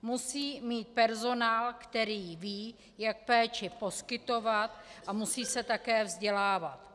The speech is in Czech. Musí mít personál, který ví, jak péči poskytovat, a musí se také vzdělávat.